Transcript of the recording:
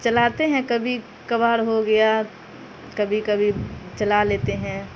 چلاتے ہیں کبھی کبھار ہو گیا کبھی کبھی چلا لیتے ہیں